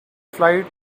flight